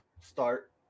Start